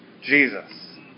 Jesus